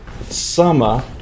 summer